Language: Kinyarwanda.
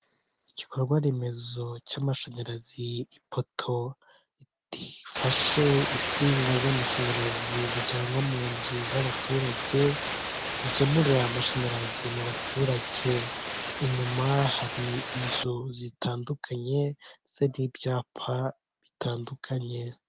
Igikorwa remezo cy'amashanyarazi, ipoto ifashe insinga z'amashanyarazi zijyanwa mu nzu z'abaturage, zigemura amashanyarazi mu baturage, inyuma hari inzu zitandukanye ndetse n'ibyapa bitandukanye.